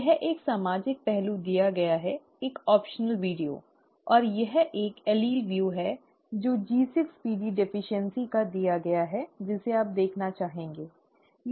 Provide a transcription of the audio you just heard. यह एक सामाजिक पहलू दिया गया है एक वैकल्पिक वीडियो और यह एक एलील दृश्य है जो G6PD की कमी का दिया गया है जिसे आप देखना चाहेंगे ठीक है